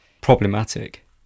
problematic